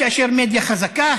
כאשר המדיה חזקה,